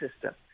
system